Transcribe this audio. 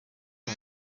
aba